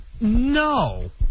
no